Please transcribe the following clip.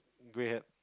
grey hair